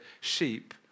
sheep